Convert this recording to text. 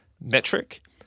metric